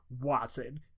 Watson